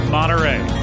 Monterey